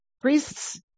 priests